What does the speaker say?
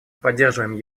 поддерживаем